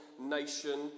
nation